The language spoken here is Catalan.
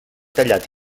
tallat